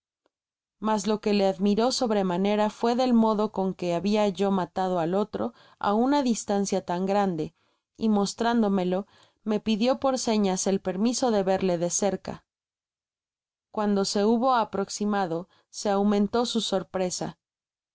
mas lo que le admiró sobremanera fué del modo con que habia yo matado al otro á una distancia tan grande y mostrándomelo me pidio por señas el permiso de verle de cerca cuando se hubo aproximado se aumentó su sorpresa